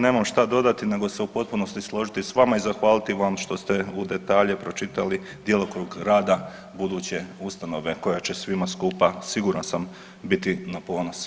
Nemam šta dodati nego se u potpunosti složiti s vama i zahvaliti vam što ste u detalje pročitali djelokrug rada buduće ustanove koja će svima skupa siguran sam biti na ponos.